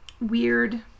weird